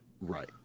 Right